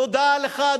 תודה לך,